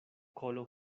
kolo